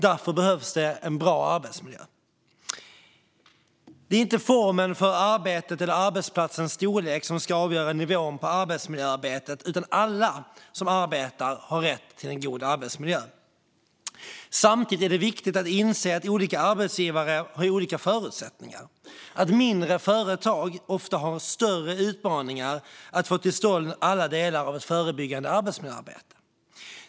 Därför behövs en bra arbetsmiljö. Det är inte formen för arbetet eller arbetsplatsens storlek som ska avgöra nivån på arbetsmiljöarbetet, utan alla som arbetar har rätt till en god arbetsmiljö. Samtidigt är det viktigt att inse att olika arbetsgivare har olika förutsättningar. Mindre företag har ofta större utmaningar när det gäller att få till stånd alla delar av ett förebyggande arbetsmiljöarbete.